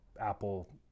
Apple